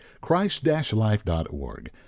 christ-life.org